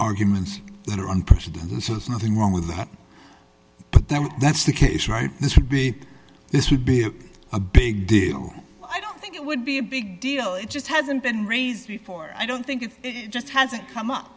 arguments that are unprecedented this is nothing wrong with that that's the case right this would be this would be a big deal i don't think it would be a big deal it just hasn't been raised before i don't think it just hasn't come up